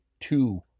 two